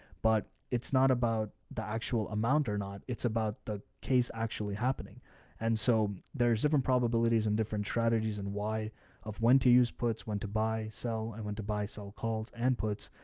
but it's not about the actual amount or not. it's about the case actually happening and so there's different probabilities and different strategies and why of when to use, puts when to buy, sell, and when to buy, sell calls and puts.